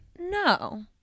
no